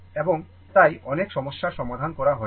এবং তাই অনেক সমস্যার সমাধান করা হয়েছে